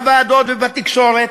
בוועדות ובתקשורת,